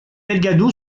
delgado